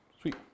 Sweet